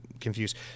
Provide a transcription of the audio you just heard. confused